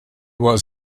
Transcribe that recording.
was